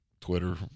Twitter